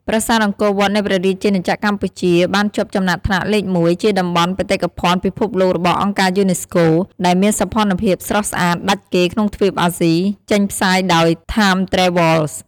ប្រាសាទអង្គរវត្តនៃព្រះជាណាចក្រកម្ពុជា បានជាប់ចំណាត់ថ្នាក់លេខ១ ជាតំបន់បេតិកភណ្ឌពិភពលោករបស់អង្គការយូណេស្កូ ដែលមានសោភ័ណភាពស្រស់ស្អាតដាច់គេក្នុងទ្វីបអាស៊ី ចេញផ្សាយដោយ TimesTravel។